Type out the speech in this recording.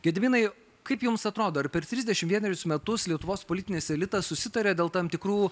gediminai kaip jums atrodo ar per trisdešimt vienerius metus lietuvos politinis elitas susitarė dėl tam tikrų